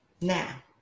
Now